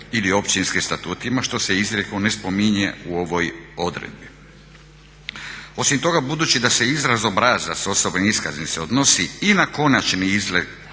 ili općinskim statutima što se izrijekom ne spominje u ovoj odredbi. Osim toga, budući da se izraz obrazac osobne iskaznice odnosi i na konačni izgled